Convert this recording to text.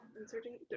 Inserting